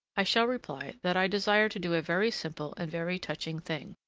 i shall reply that i desired to do a very simple and very touching thing,